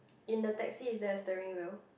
in the taxi is there a steering wheel